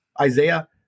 Isaiah